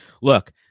look